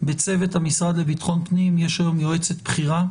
בצוות המשרד לביטחון הפנים יש היום יועצת בכירה,